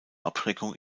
abschreckung